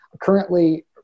currently